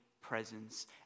presence